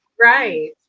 Right